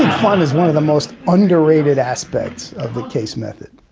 fun is one of the most underrated aspects of the case method.